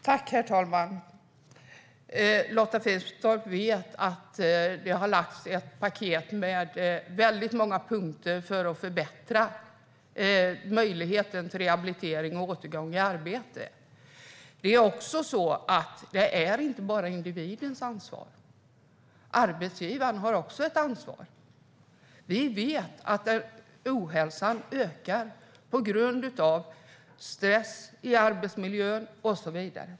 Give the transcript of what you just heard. Herr talman! Lotta Finstorp vet att det har lagts fram ett paket med många punkter för att förbättra möjligheten till rehabilitering och återgång till arbete. Men det är inte bara individens ansvar. Arbetsgivaren har också ett ansvar. Vi vet att ohälsan ökar på grund av stress i arbetsmiljön och så vidare.